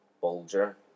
Bulger